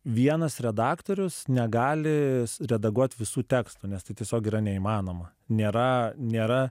vienas redaktorius negali redaguot visų tekstų nes tai tiesiog yra neįmanoma nėra nėra